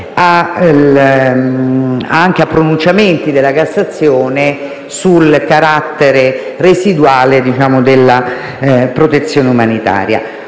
a pronunciamenti della Cassazione sul carattere residuale della protezione umanitaria.